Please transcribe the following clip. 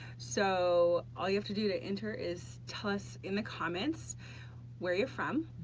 so all you have to do to enter is tell us in the comments where you're from,